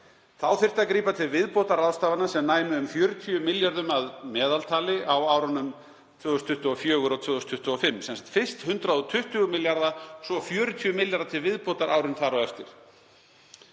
Þá þyrfti að grípa til viðbótarráðstafana sem næmu um 40 milljörðum að meðaltali á árunum 2024 og 2025, sem sagt fyrst 120 milljarða, svo 40 milljarða til viðbótar á árinu þar á eftir.